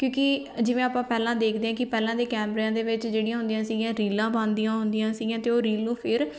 ਕਿਉਂਕਿ ਜਿਵੇਂ ਆਪਾਂ ਪਹਿਲਾਂ ਦੇਖਦੇ ਹਾਂ ਕਿ ਪਹਿਲਾਂ ਦੇ ਕੈਮਰਿਆਂ ਦੇ ਵਿੱਚ ਜਿਹੜੀਆਂ ਹੁੰਦੀਆਂ ਸੀਗੀਆਂ ਰੀਲਾਂ ਬਣਦੀਆਂ ਹੁੰਦੀਆਂ ਸੀਗੀਆਂ ਅਤੇ ਉਹ ਰੀਲ ਨੂੰ ਫਿਰ